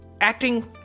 acting